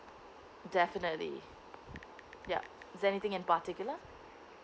definitely yup is there anything in particular